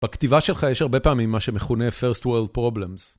בכתיבה שלך יש הרבה פעמים מה שמכונה First World Problems.